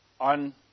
on